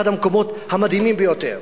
אחד המקומות המדהימים ביותר.